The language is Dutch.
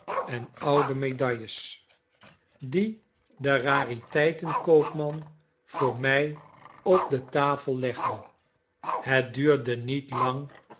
en oude medailles die de ratiteitenkoopman voor mij op de tafel legde het duurde niet lang